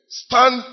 stand